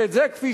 ואת זה, כפי